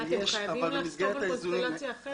אתם חייבים לחשוב על קונסטלציה אחרת.